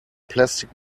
plastic